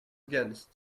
against